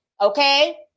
okay